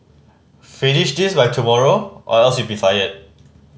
finish this by tomorrow or else you'll be fired